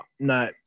no